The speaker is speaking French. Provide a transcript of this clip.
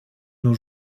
nos